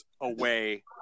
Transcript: away